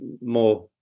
more